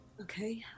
Okay